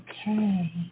Okay